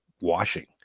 washing